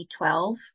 2012